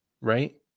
right